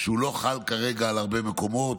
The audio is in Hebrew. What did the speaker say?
שלא חל כרגע על הרבה מקומות,